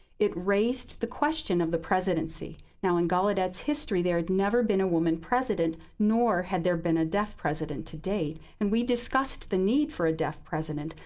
it raised the question of the presidency. now, in gallaudet's history, there had never been a woman president nor had there been a deaf president to date. and we discussed the need for a deaf president.